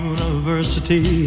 University